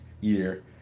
year